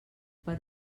per